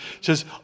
says